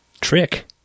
trick